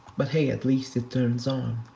but hey, at least it turns on.